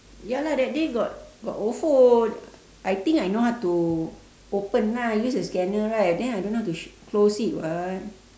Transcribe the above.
ya lah that day got got ofo I think I know how to open lah use the scanner right then I don't know how to sh~ close it [what]